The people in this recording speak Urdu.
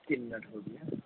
تین منٹ ہو گیا